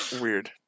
Weird